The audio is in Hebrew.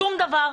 שום דבר,